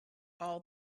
all